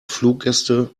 fluggäste